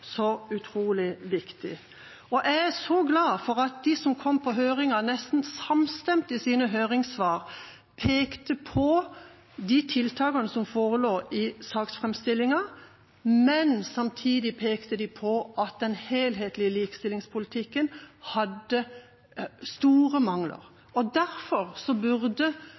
så utrolig viktig. Jeg er så glad for at de som kom på høringen, nesten samstemt i sine høringssvar pekte på de tiltakene som forelå i saksframstillingen. Men samtidig pekte de på at den helhetlige likestillingspolitikken hadde store mangler. Derfor burde